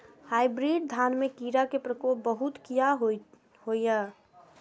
Hybrid धान में कीरा के प्रकोप बहुत किया होया?